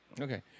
Okay